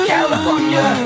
California